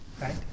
right